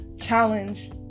challenge